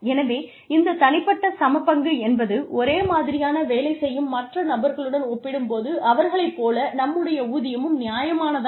எனவே இந்த தனிப்பட்ட சமபங்கு என்பது ஒரே மாதிரியான வேலை செய்யும் மற்ற நபர்களுடன் ஒப்பிடும் போது அவர்களைப் போல நம்முடைய ஊதியமும் நியாயமானதா